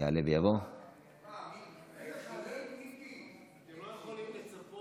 אינו נוכח, חבר הכנסת רון כץ, אינו נוכח,